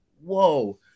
Whoa